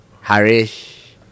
Harish